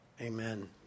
Amen